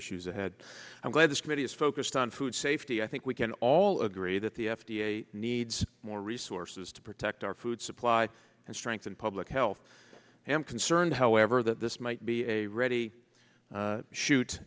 issues ahead i'm glad this committee is focused on food safety i think we can all agree that the f d a needs more resources to protect our food supply and strengthen public health and concerned however that this might be a ready shoot